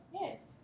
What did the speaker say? Yes